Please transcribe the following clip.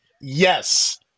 yes